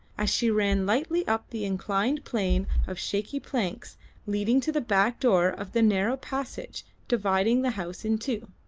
as she ran lightly up the inclined plane of shaky planks leading to the back door of the narrow passage dividing the house in two.